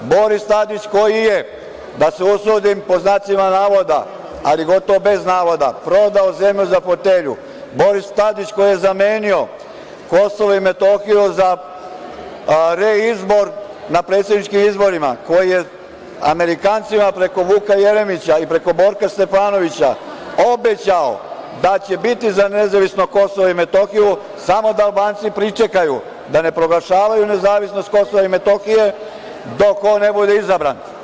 Boris Tadić koji je, da se usudim, pod znacima navoda, ali gotovo bez navoda, prodao zemlju za fotelju, Boris Tadić koji je zamenio KiM za reizbor na predsedničkim izborima, koji je Amerikancima preko Vuka Jeremića i preko Borka Stefanovića obećao da će biti za nezavisno KiM samo da Albanci pričekaju, da ne proglašavaju nezavisnost KiM, dok on ne bude izabran.